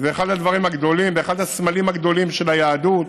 זה אחד הדברים הגדולים ואחד הסמלים הגדולים של היהדות,